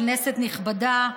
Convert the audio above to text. כנסת נכבדה,